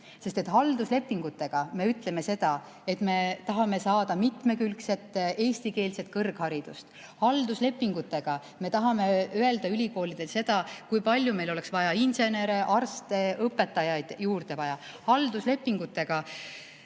Sest halduslepingutega me ütleme seda, et me tahame saada mitmekülgset eestikeelset kõrgharidust, halduslepingutega me tahame öelda ülikoolidele seda, kui palju meil oleks insenere, arste, õpetajaid juurde vaja. Halduslepingutega